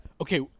Okay